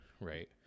Right